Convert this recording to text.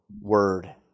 word